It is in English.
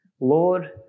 Lord